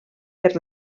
per